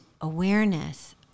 awareness